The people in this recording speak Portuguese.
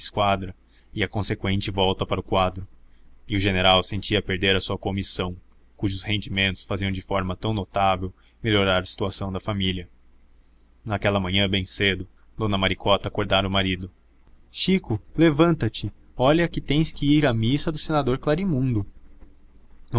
esquadra e a conseqüente volta para o quadro e o general sentia perder a sua comissão cujos rendimentos faziam de forma tão notável melhorar a situação da família naquela manhã bem cedo dona maricota acordara o marido chico levanta-te olha que tens que ir à missa do senador clarimundo